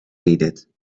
needed